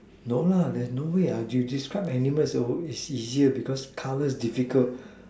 no lah there's no way describe animals it's easier because colours difficult